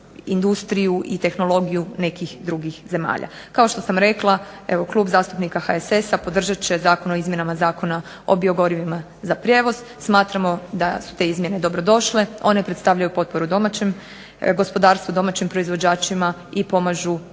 industriju i tehnologiju nekih drugih zemalja. Kao što sam rekla evo Klub zastupnika HSS-a podržat će Zakon o izmjenama Zakona o biogorivima za prijevoz. Smatramo da su te izmjene dobrodošle, one predstavljaju potporu domaćem gospodarstvu, domaćim proizvođačima i pomažu